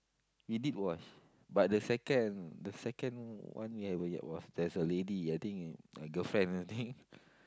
we did watch but the second the second one we haven't yet watch there's a lady I think uh girlfriend I think